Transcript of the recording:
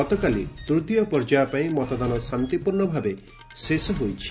ଗତକାଲି ତୃତୀୟ ପର୍ଯ୍ୟାୟ ପାଇଁ ମତଦାନ ଶାନ୍ତିପୂର୍ଣ୍ଣଭାବେ ଶେଷ ହୋଇଛି